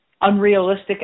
unrealistic